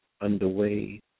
underway